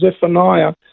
Zephaniah